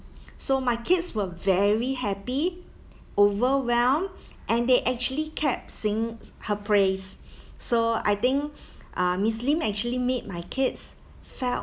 so my kids were very happy overwhelmed and they actually kept singing her praise so I think uh miss lim actually made my kids felt